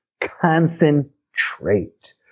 concentrate